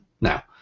Now